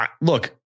Look